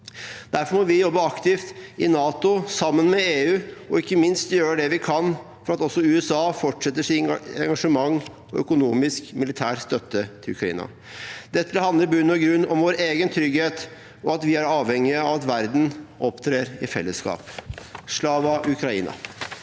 Derfor må vi jobbe aktivt i NATO sammen med EU og ikke minst gjøre det vi kan for at også USA fortsetter sitt engasjement og sin økonomiske og militære støtte til Ukraina. Dette handler i bunn og grunn om vår egen trygghet og at vi er avhengige av at verden opptrer i fellesskap. «Slava Ukraini!»